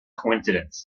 coincidence